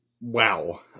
Wow